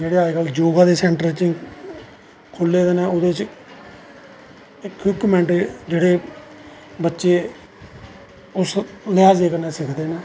जेह्ड़े अज्ज कल योगा दे सैंटर च खुल्ले दे नै ओह्दे च इक इक मैंट दे बच्चे उस लेहाज़ दे कन्नैं सिखदे नै